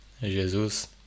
Jesus